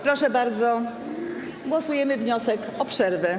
Proszę bardzo, głosujemy nad wnioskiem o przerwę.